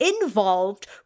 involved